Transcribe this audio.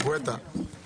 גואטה.